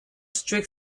strict